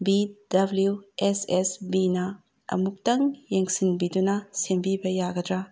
B W S S ꯕꯤꯅ ꯑꯃꯨꯛꯇꯪ ꯌꯦꯡꯁꯤꯟꯕꯤꯗꯨꯅ ꯁꯦꯝꯕꯤꯕ ꯌꯥꯒꯗ꯭ꯔꯥ